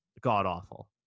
god-awful